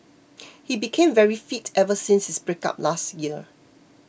he became very fit ever since his breakup last year